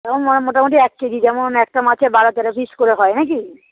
যেমন মোটামুটি এক কেজি যেমন একটা মাছের বারো তেরো পিস করে হয় নাকি